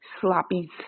sloppy